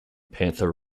panther